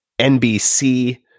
NBC